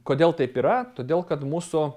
kodėl taip yra todėl kad mūsų